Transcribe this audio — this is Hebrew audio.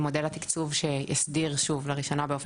במודל התקצוב שהסדיר שוב לראשונה באופן